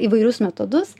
įvairius metodus